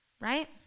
right